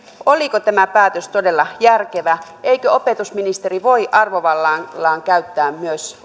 oliko tämä päätös todella järkevä eikö opetusministeri voi arvovallallaan myös käyttää